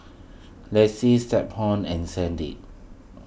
Lise Stephon and Sandy